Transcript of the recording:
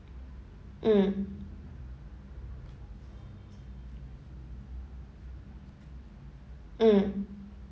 mm mm